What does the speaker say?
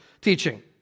teaching